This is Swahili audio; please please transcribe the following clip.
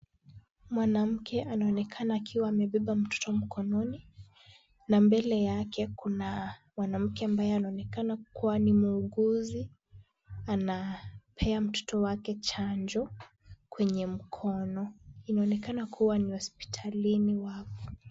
Mwanamke anaonekana akiwa amebeba mtoto mkononi na mbele yake kuna mwanamke ambaye anaonekana kuwa ni muuguzi, anapea mtoto wake chanjo kwenye mkono. Inaonekana kuwa ni hospitalini wako.